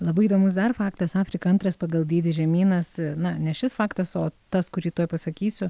labai įdomus dar faktas afrika antras pagal dydį žemynas na ne šis faktas o tas kurį tuoj pasakysiu